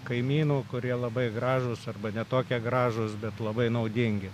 kaimynų kurie labai gražūs arba ne tokie gražūs bet labai naudingi